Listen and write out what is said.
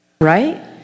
Right